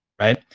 right